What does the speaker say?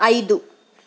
ಐದು